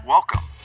Welcome